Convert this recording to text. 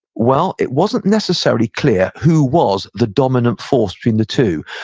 while it wasn't necessarily clear who was the dominant force between the two.